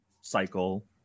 cycle